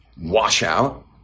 washout